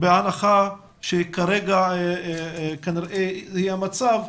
בהנחה שכרגע כנראה זה יהיה המצב,